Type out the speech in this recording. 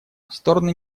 стороны